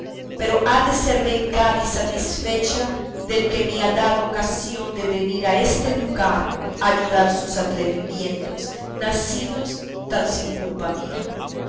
pero ha de ser vengada y satisfecha del que me ha dado ocasión de venir a este lugar a llorar sus atrevimientos nacidos tan sin culpa mía